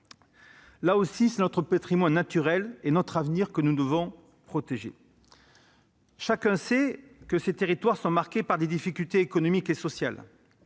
eux, c'est notre patrimoine naturel et notre avenir que nous devons protéger. Chacun sait que ces territoires sont marqués par des difficultés économiques et sociales